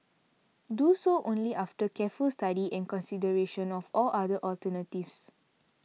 do so only after careful study and consideration of all other alternatives